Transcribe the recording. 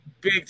big